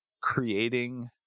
creating